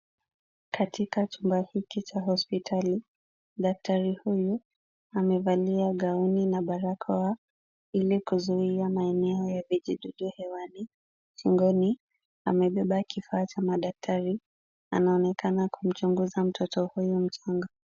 Katika chumba hiki cha hospitali, daktari huyu amevalia gauni na barakoa, ili kuzuia maeneo ya vijidudu hewani. Shingoni amebeba kifaa cha madaktari, anaonekana kumchunguza mtoto huyu mchanga.